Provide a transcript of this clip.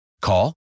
Call